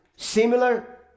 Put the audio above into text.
similar